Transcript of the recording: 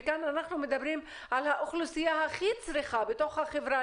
וכאן אנחנו מדברים על האוכלוסייה הכי צריכה בתוך החברה,